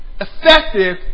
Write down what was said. effective